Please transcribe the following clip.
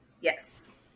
Yes